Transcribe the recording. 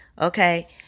Okay